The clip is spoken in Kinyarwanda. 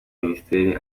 minisiteri